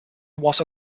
was